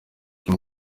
kim